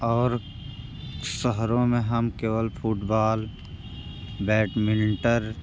और शहरों में हम केवल फुटबॉल बैडमिंटर